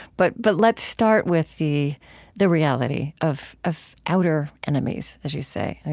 but but let's start with the the reality of of outer enemies, as you say,